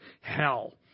hell